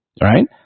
right